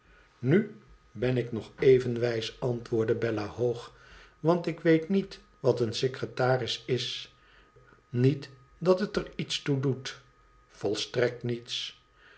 nu ben ik nog even wijs antwoordde bella hoog want ik weet niet wat een secretaris is niet dat het er iets toe doet volstrekt niets